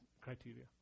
criteria